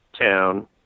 town